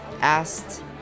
asked